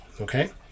Okay